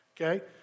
okay